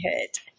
hit